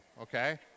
okay